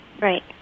Right